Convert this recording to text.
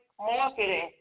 marketing